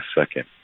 second